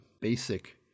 BASIC